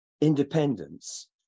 independence